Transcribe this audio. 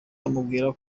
amubwira